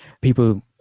people